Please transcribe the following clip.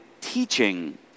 teaching